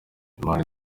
imana